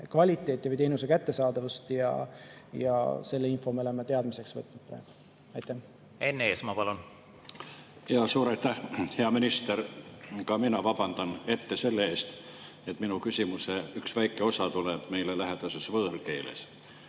kvaliteeti või teenuse kättesaadavust. Selle info me oleme teadmiseks võtnud. Enn Eesmaa, palun! Enn Eesmaa, palun! Suur aitäh! Hea minister! Ka mina vabandan ette selle eest, et minu küsimuse üks väike osa tuleb meile lähedases võõrkeeles.